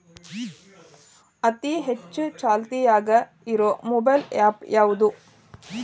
ಅತಿ ಹೆಚ್ಚ ಚಾಲ್ತಿಯಾಗ ಇರು ಮೊಬೈಲ್ ಆ್ಯಪ್ ಯಾವುದು?